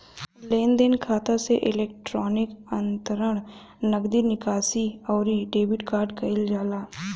लेनदेन खाता से इलेक्ट्रोनिक अंतरण, नगदी निकासी, अउरी डेबिट कईल जाला